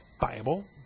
Bible